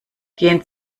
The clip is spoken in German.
gehen